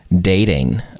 dating